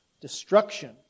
destruction